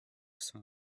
some